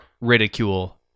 ridicule